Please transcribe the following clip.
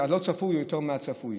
הלא-צפוי הוא יותר מהצפוי.